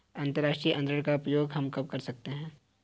अंतर्राष्ट्रीय अंतरण का प्रयोग हम कब कर सकते हैं?